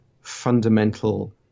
fundamental